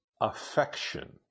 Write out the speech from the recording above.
affection